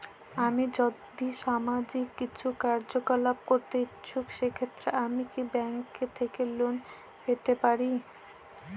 আমি যদি সামাজিক কিছু কার্যকলাপ করতে ইচ্ছুক সেক্ষেত্রে আমি কি ব্যাংক থেকে লোন পেতে পারি?